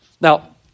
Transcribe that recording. Now